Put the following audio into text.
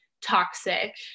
toxic